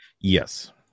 yes